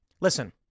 Listen